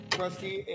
Trusty